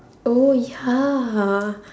oh ya